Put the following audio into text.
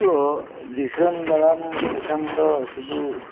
ᱛᱳ ᱫᱤᱥᱚᱢ ᱫᱟᱲᱟᱱ ᱞᱮᱠᱷᱟᱱ ᱫᱚ ᱥᱩᱫᱩ